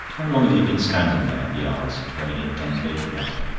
how long have you been standing there? he asked, when he had done gaping at her.